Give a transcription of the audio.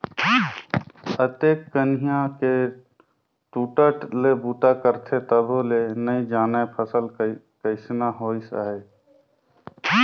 अतेक कनिहा के टूटट ले बूता करथे तभो ले नइ जानय फसल कइसना होइस है